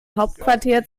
hauptquartier